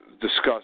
discuss